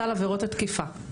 סל עבירות התקיפה.